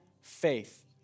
faith